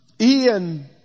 Ian